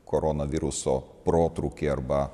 koronaviruso protrūkį arba